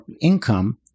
income